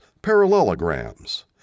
parallelograms